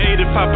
85%